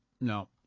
no